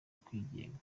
kwigenga